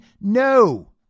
No